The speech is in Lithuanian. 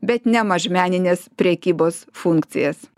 bet ne mažmenines prekybos funkcijas